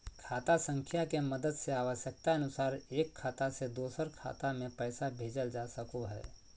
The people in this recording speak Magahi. खाता संख्या के मदद से आवश्यकता अनुसार एक खाता से दोसर खाता मे पैसा भेजल जा सको हय